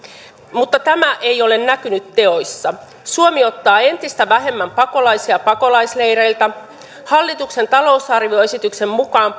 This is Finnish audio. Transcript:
mutta tämä ei ole näkynyt teoissa suomi ottaa entistä vähemmän pakolaisia pakolaisleireiltä hallituksen talousarvioesityksen mukaan